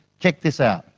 check this out,